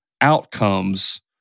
outcomes